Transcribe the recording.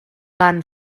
van